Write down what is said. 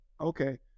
Okay